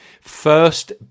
First